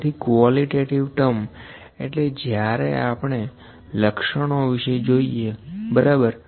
તેથી qualitative term એટલે જ્યારે આપણે લક્ષણો વિશે જોઈએ બરાબર